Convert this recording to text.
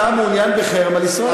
הוא רוצה למחוק את מדינת ישראל,